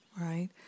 right